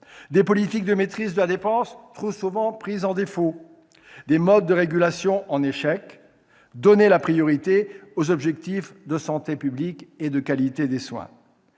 des politiques de maîtrise de la dépense trop souvent mises en défaut, des modes de régulation en échec. Une perspective est tracée : donner la priorité aux objectifs de santé publique et de qualité des soins.